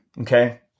okay